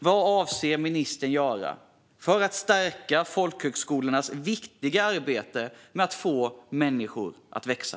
Vad avser ministern att göra för att stärka folkhögskolornas viktiga arbete med att få människor att växa?